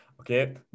Okay